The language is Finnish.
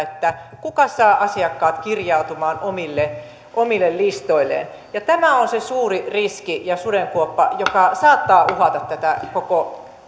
kuka saa asiakkaat kirjautumaan omille omille listoilleen ja tämä on se suuri riski ja sudenkuoppa joka saattaa uhata tätä koko